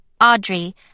Audrey